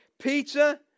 Peter